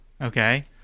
Okay